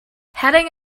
heading